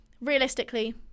realistically